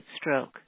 Stroke